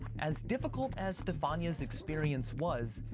as difficult as stefania's experience was,